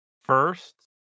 first